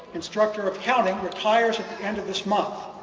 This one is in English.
instructor of accounting rehires at the end of this month.